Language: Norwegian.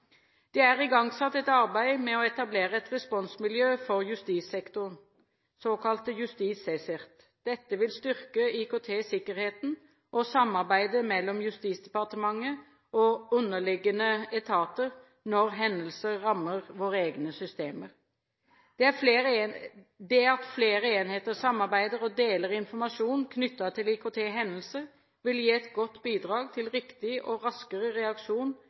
Det er igangsatt et arbeid med å etablere et responsmiljø for justissektoren – JustisCSIRT. Dette vil styrke IKT-sikkerheten og samarbeidet mellom Justisdepartementet og underliggende etater når hendelser rammer våre egne systemer. Det at flere enheter samarbeider og deler informasjon knyttet til IKT-hendelser, vil gi et godt bidrag til riktig og raskere reaksjon